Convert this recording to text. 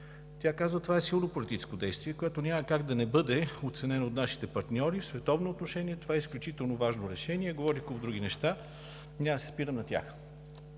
Тя каза: „Това е силно политическо действие, което няма как да не бъде оценено от нашите партньори в световно отношение, това е изключително важно решение“, и говори куп други неща, няма да се спирам на тях.